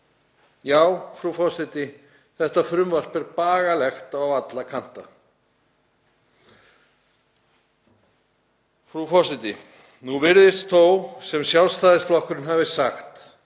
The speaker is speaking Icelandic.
Já, frú forseti, þetta frumvarp er bagalegt á alla kanta. Frú forseti. Nú virðist þó sem Sjálfstæðisflokkurinn hafi sagt: